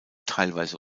teilweise